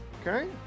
okay